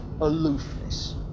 aloofness